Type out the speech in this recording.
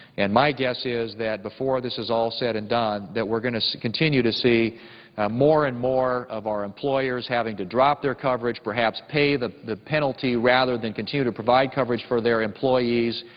and my guess is that before this is all said and done, that we're going to continue to see more and more of our employers having to drop their coverage, perhaps pay the the penalty rather than continue to provide coverage for their employees,